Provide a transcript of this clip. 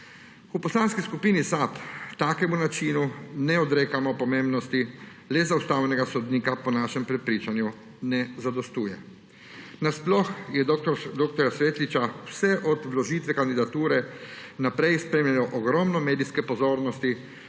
V Poslanski skupini SAB takemu načinu ne odrekamo pomembnosti, le za ustavnega sodnika po našem prepričanju ne zadostuje. Nasploh je dr. Svetliča vse od vložitve kandidature naprej spremljalo ogromno medijske pozornosti,